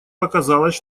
показалось